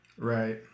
Right